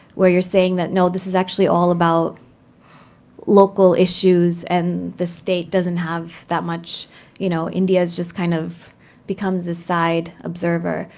where you're saying that, no, this is actually all about local issues, and the state doesn't have that much you know india just kind of becomes a side observer,